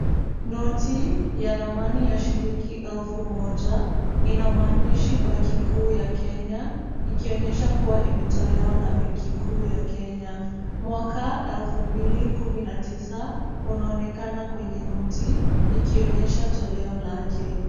Noti ya thamani ya shilingi elfu moja. Ina maandishi benki kuu ya Kenya, ikionyesha kuwa imetolewa na benki kuu ya Kenya. Mwaka elfu mbili kumi na tisa unaonekana kwenye noti, ikonyesha toleo lake.